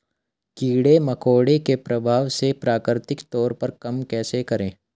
कीड़े मकोड़ों के प्रभाव को प्राकृतिक तौर पर कम कैसे करें?